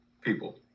people